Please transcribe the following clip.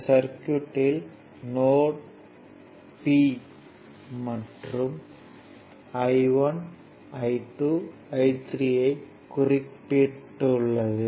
இந்த சர்க்யூட்யில் node p மற்றும் I1 I2 I3 ஐ குறிக்கப்பட்டுள்ளது